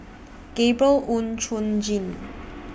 Gabriel Oon Chong Jin